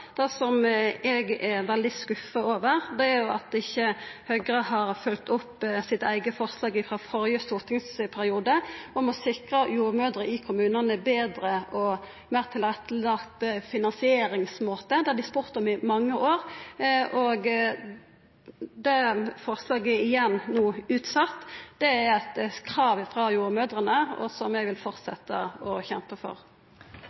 Det som eg er veldig skuffa over, er at ikkje Høgre har følgt opp sitt eige forslag frå førre stortingsperiode om å sikra jordmødrene i kommunane ein betre og meir tilrettelagd finansieringsmåte. Det har dei spurt om i mange år, og det forslaget er no igjen utsett. Det er eit krav frå jordmødrene som eg vil fortsetja å kjempa for.